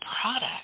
product